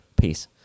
peace